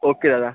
okay Dada